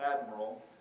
admiral